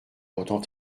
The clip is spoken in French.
pourtant